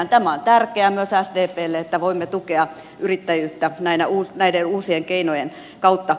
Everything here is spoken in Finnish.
tämä on tärkeää myös sdplle että voimme tukea yrittäjyyttä näiden uusien keinojen kautta